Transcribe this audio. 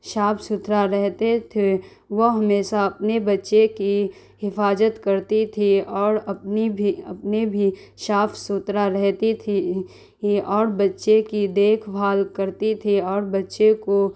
صاف ستھرا رہتے تھے وہ ہمیسہ اپنے بچے کی حفاظت کرتی تھی اور اپنی بھی اپنے بھی صاف ستھرا رہتی تھی یہ اور بچے کی دیکھ بھال کرتی تھی اور بچے کو